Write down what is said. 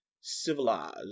civilized